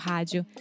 Rádio